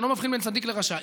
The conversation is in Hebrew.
אינו מבחין בין צדיק לרשע.